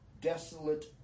desolate